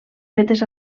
fetes